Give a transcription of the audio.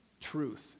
truth